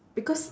because